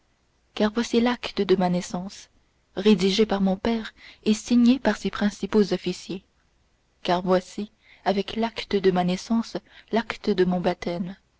car voici l'acte de ma naissance rédigé par mon père et signé par ses principaux officiers car voici avec l'acte de ma naissance l'acte de mon baptême